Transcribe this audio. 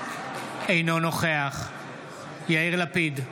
אינו נוכח יאיר לפיד,